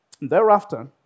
Thereafter